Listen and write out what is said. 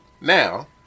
Now